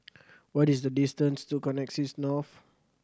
what is the distance to Connexis North